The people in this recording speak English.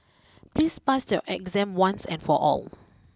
please pass your exam once and for all